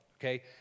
okay